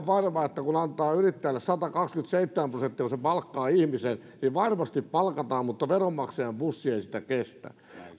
varma että kun antaa yrittäjälle satakaksikymmentäseitsemän prosenttia kun se palkkaa ihmisen niin varmasti palkataan mutta veronmaksajan pussi ei sitä kestä